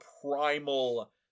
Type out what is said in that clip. primal